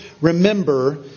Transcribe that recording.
remember